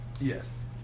Yes